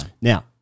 Now